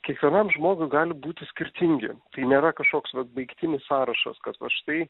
kiekvienam žmogui gali būti skirtingi tai nėra kažkoks vat baigtinis sąrašas kad va štai